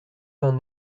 vingt